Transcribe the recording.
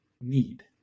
need